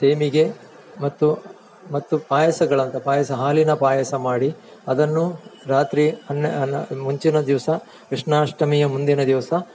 ಸೇಮಿಗೆ ಮತ್ತು ಮತ್ತು ಪಾಯಸಗಳಾದ ಪಾಯಸ ಹಾಲಿನ ಪಾಯಸ ಮಾಡಿ ಅದನ್ನು ರಾತ್ರಿ ಹನ್ನೆ ಅನ್ನೆ ಮುಂಚಿನ ದಿವಸ ಕೃಷ್ಣಾಷ್ಟಮಿಯ ಮುಂದಿನ ದಿವಸ